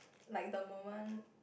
like the moment